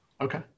Okay